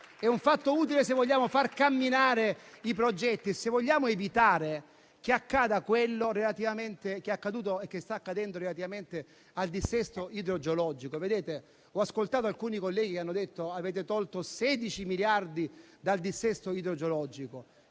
ma è utile se vogliamo far camminare i progetti e se vogliamo evitare che accada quello che è accaduto e che sta accadendo relativamente al dissesto idrogeologico. Ho ascoltato alcuni colleghi dire che abbiamo tolto 16 miliardi dal dissesto idrogeologico,